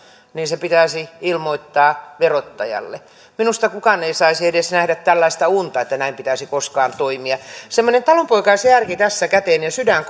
niin se pitäisi ilmoittaa verottajalle minusta kukaan ei saisi edes nähdä tällaista unta että näin pitäisi koskaan toimia semmoinen talonpoikaisjärki tässä käteen ja sydän